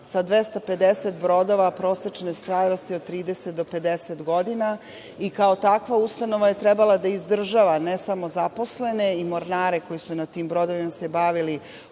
sa 250 brodova prosečne starosti od 30 do 50 godina i kao takva ustanova je trebalo da izdržava ne samo zaposlene i mornare koji su se na tim brodovima bavili